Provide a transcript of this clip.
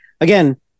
again